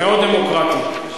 מאוד דמוקרטי.